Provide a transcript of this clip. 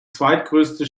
zweitgrößte